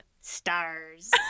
Stars